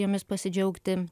jomis pasidžiaugti